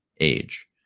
age